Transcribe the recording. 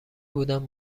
بودم